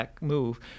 move